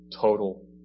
total